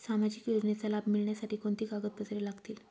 सामाजिक योजनेचा लाभ मिळण्यासाठी कोणती कागदपत्रे लागतील?